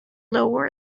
lower